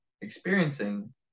experiencing